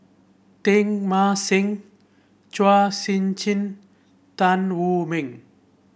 Teng Mah Seng Chua Sian Chin Tan Wu Meng